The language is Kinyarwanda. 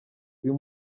uyu